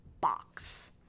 box